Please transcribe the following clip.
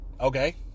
okay